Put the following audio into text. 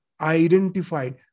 identified